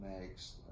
makes